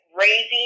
raising